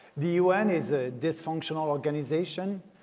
the u n. is a dysfunctional organization,